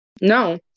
No